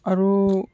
আৰু